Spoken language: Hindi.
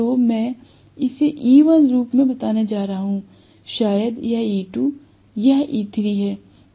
तो मैं इसे E1 रूप में बताने जा रहा हूँ शायद यह E2 यह E3 हैं